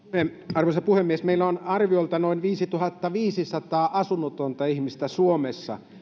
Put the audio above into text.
arvoisa puhemies meillä on arviolta noin viisituhattaviisisataa asunnotonta ihmistä suomessa